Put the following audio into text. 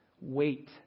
wait